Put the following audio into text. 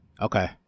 Okay